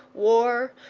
war,